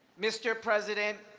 mr. president,